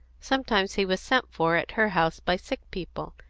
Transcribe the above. sometimes he was sent for at her house by sick people,